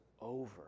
over